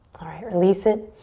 alright, release it.